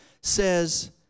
says